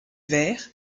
vert